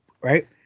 right